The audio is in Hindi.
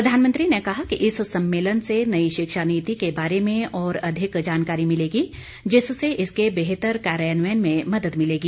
प्रधानमंत्री ने कहा कि इस सम्मेलन से नई शिक्षा नीति के बारे में और अधिक जानकारी मिलेगी जिससे इसके बेहतर कार्यान्वयन में मदद मिलेगी